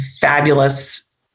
fabulous